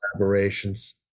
collaborations